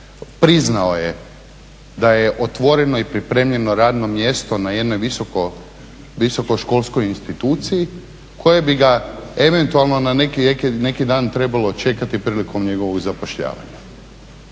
priznao je da je otvoreno i pripremljeno radno mjesto na jednoj visokoškolskoj instituciji koja bi ga eventualno na neki dan trebalo čekati prilikom njegovog zapošljavanja.